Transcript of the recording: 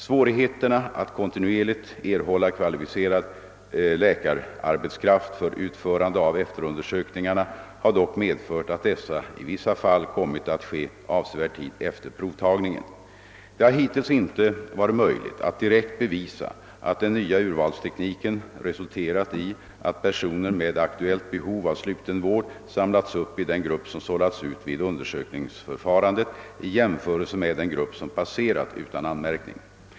Svårigheterna att kontinuerligt erhålla kvalificerad läkararbetskraft för utförande av efterundersökningarna har dock medfört att dessa i vissa fall kommit att ske avsevärd tid efter provtagningen. Det har hittills inte varit möjligt att direkt bevisa att den nya urvalstekniken resulterat i att personer med aktuellt behov av sluten vård samlats upp i den grupp som sållats ut vid undersökningsförfarandet i jämförelse med den grupp som passerat utan anmärkning.